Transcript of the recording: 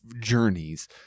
journeys